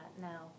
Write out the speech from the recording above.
now